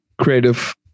creative